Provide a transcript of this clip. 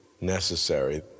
necessary